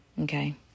Okay